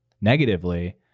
negatively